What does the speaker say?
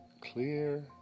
Clear